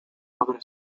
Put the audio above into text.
obra